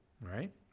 Right